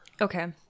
Okay